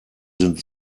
sind